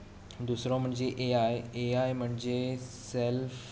दुसरो म्हणचे A I A I म्हणजे सॅल्फ